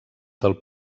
del